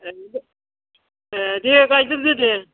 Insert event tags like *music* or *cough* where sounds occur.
*unintelligible* एह दे गायग्रोदो दे